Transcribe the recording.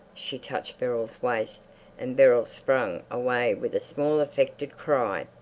she touched beryl's waist and beryl sprang away with a small affected cry.